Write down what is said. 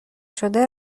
شده